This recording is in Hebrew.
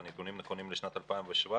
והנתונים נכונים לשנת 2017,